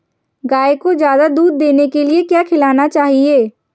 गाय को ज्यादा दूध देने के लिए क्या खिलाना चाहिए?